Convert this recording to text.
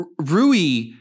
Rui